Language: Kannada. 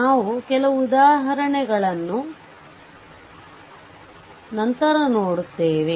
ನಾವು ಕೆಲವು ಉದಾಹರಣೆಯನ್ನು ನಂತರ ನೋಡುತ್ತೇವೆ